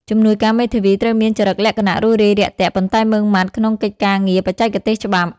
ជំនួយការមេធាវីត្រូវមានចរិតលក្ខណៈរួសរាយរាក់ទាក់ ប៉ុន្តែម៉ឺងម៉ាត់ក្នុងកិច្ចការងារបច្ចេកទេសច្បាប់។